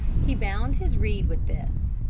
he bound his reed with this.